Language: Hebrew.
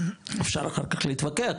אפשר אחר כך להתווכח,